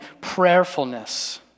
prayerfulness